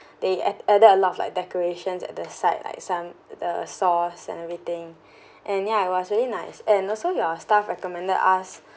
they ad~ added a lot of like decorations at the side like some the sauce and everything and ya it was really nice and also your staff recommended us